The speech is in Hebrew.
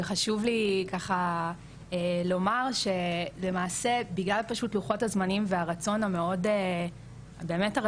וחשוב לי לומר שלמעשה בגלל לוחות הזמנים והרצון המאד משמעותי,